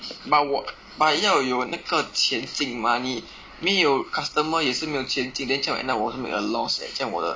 but 我 but 要有那个钱进 mah 你没有 customer 也是没有钱进 then 这样 end up 我也是 make a loss eh then 这样我的